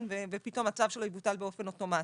ופתאום הצו שלו יבוטל באופן אוטומטי.